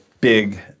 big